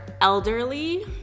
elderly